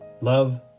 Love